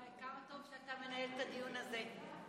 ואיי, כמה טוב שאתה מנהל את הדיון הזה.